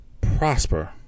prosper